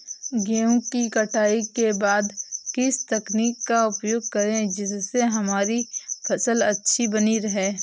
गेहूँ की कटाई के बाद किस तकनीक का उपयोग करें जिससे हमारी फसल अच्छी बनी रहे?